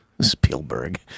Spielberg